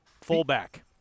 fullback